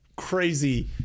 Crazy